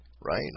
right